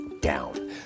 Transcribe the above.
down